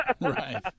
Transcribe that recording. Right